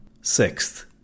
Sixth